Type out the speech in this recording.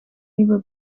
nieuwe